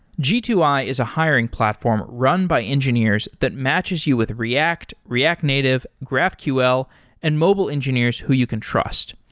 g two i is a hiring platform run by engineers that matches you with react, react native, graphql and mobile engineers who you can trust.